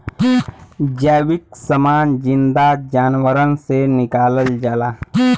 जैविक समान जिन्दा जानवरन से निकालल जाला